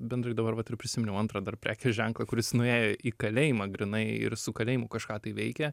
bendrai dabar vat ir prisiminiau antrą dar prekės ženklą kuris nuėjo į kalėjimą grynai ir su kalėjimu kažką tai veikia